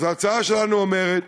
אז ההצעה שלנו אומרת